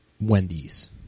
Wendy's